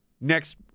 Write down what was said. next